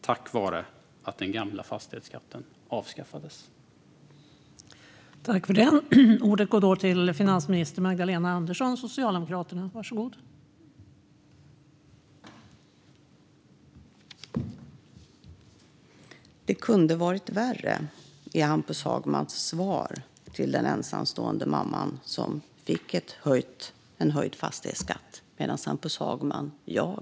Tack vare att den gamla fastighetsskatten avskaffades hände inte detta.